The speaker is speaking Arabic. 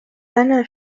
أنا